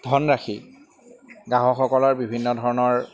ধনৰাশি গ্ৰাহকসকলৰ বিভিন্ন ধৰণৰ